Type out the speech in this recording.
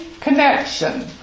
connection